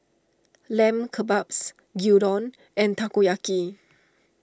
Lamb Kebabs Gyudon and Takoyaki